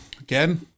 again